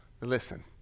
Listen